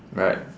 right